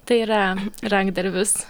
tai yra rankdarbis